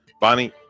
Bonnie